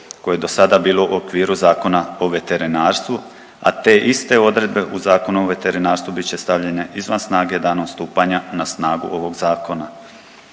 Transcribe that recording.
koje je dosada bilo u okviru Zakona o veterinarstvu, a te iste odredbe u Zakonu o veterinarstvu bit će stavljene izvan snage danom stupanja na snagu ovog zakona.